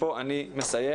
כאן אני מסיים